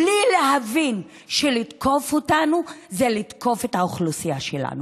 בלי להבין שלתקוף אותנו זה לתקוף את האוכלוסייה שלנו.